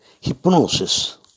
hypnosis